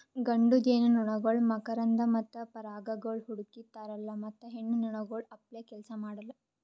ಗಂಡು ಜೇನುನೊಣಗೊಳ್ ಮಕರಂದ ಮತ್ತ ಪರಾಗಗೊಳ್ ಹುಡುಕಿ ತರಲ್ಲಾ ಮತ್ತ ಹೆಣ್ಣ ನೊಣಗೊಳ್ ಅಪ್ಲೇ ಕೆಲಸ ಮಾಡಲ್